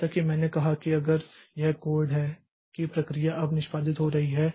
जैसा कि मैंने कहा कि अगर यह कोड है कि प्रक्रिया अब निष्पादित हो रही है